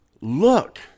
look